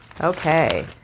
Okay